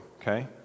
okay